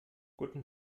guten